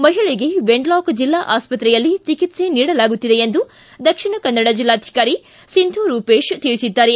ಮಹಿಳೆಗೆ ವೆನ್ಲಾಕ್ ಜಿಲ್ಲಾ ಆಸ್ಪತ್ರೆಯಲ್ಲಿ ಚಿಕಿತ್ಸೆ ನೀಡಲಾಗುತ್ತಿದೆ ಎಂದು ದಕ್ಷಿಣ ಕನ್ನಡ ಜಿಲ್ಲಾಧಿಕಾರಿ ಸಿಂಧೂ ರೂಪೇಶ್ ತಿಳಿಸಿದ್ದಾರೆ